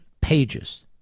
pages